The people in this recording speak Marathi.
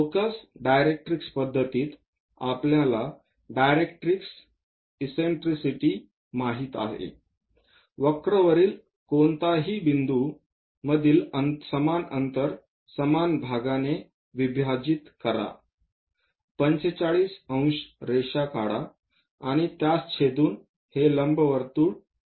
फोकस डायरेक्ट्रिक्स पद्धतीत आपल्याला डायरेक्ट्रिक्स इससेन्ट्रिसिटी माहित आहे वक्र वरील कोणत्याही बिंदूमधील समान अंतर समान भागाने विभाजित करा 45 ° रेषा काढा आणि त्यास छेदून हे लंबवर्तुळ तयार करा